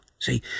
See